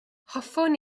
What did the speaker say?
hoffwn